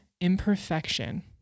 imperfection